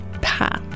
path